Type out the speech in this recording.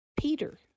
Peter